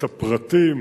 את הפרטים